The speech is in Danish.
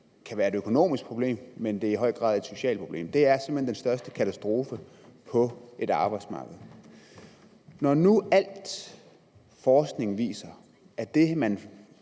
Det kan være et økonomisk problem, men det er i høj grad et socialt problem. Det er simpelt hen den største katastrofe på et arbejdsmarked. Når nu al forskning viser, at det